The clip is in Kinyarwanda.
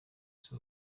isi